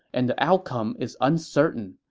and the outcome is uncertain.